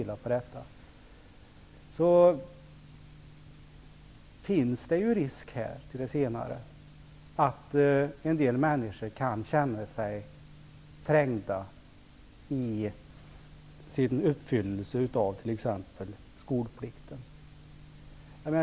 Det finns risk för att en del människor kan känna sig trängda när de t.ex. skall uppfylla skolplikten.